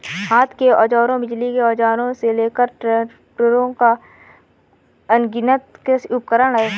हाथ के औजारों, बिजली के औजारों से लेकर ट्रैक्टरों तक, अनगिनत कृषि उपकरण हैं